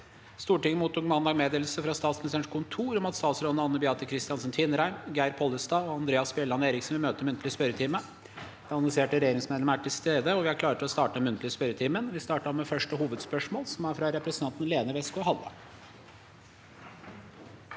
Stortinget mottok mandag meddelelse fra Statsministerens kontor om at statsrådene Anne Beathe Kristiansen Tvinnereim, Geir Pollestad og Andreas Bjelland Eriksen vil møte til muntlig spørretime. De annonserte regjeringsmedlemmene er til stede, og vi er klare til å starte den muntlige spørretimen. Vi starter da med første hovedspørsmål, fra representanten Lene Westgaard-Halle.